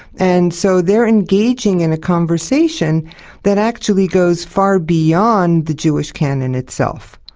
and so they're engaging in a conversation that actually goes far beyond the jewish canon itself.